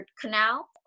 canal